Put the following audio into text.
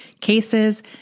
cases